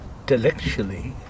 intellectually